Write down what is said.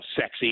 sexy